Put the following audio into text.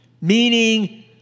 meaning